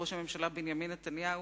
ראש הממשלה בנימין נתניהו,